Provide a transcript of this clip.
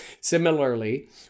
Similarly